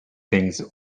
things